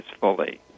fully